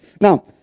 Now